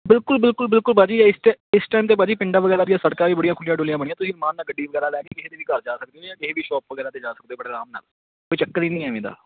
ਬਿਲਕੁਲ ਬਿਲਕੁਲ ਬਿਲਕੁਲ ਭਾਅ ਜੀ ਇਸ 'ਚ ਇਸ ਟਾਈਮ 'ਤੇ ਭਾਅ ਜੀ ਪਿੰਡਾਂ ਵਗੈਰਾ ਦੀਆਂ ਸੜਕਾਂ ਵੀ ਬੜੀਆਂ ਖੁੱਲ੍ਹੀਆਂ ਡੁੱਲੀਆਂ ਬਣੀਆਂ ਤੁਸੀਂ ਰਮਾਨ ਨਾਲ ਗੱਡੀ ਵਗੈਰਾ ਲੈ ਕੇ ਕਿਸੇ ਦੇ ਵੀ ਘਰ ਜਾ ਸਕਦੇ ਜਾਂ ਕਿਸੇ ਦੀ ਸ਼ੋਪ ਵਗੈਰਾ 'ਤੇ ਜਾ ਸਕਦੇ ਹੋ ਬੜੇ ਅਰਾਮ ਨਾਲ ਕੋਈ ਚੱਕਰ ਹੀ ਨਹੀਂ ਐਵੇਂ ਦਾ